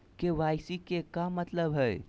KYC के का मतलब हई?